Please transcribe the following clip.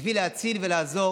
בשביל להציל ולעזור,